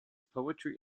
poetry